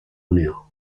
unió